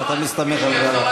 אם אתה מסתמך על דבריו.